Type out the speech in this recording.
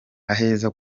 aheza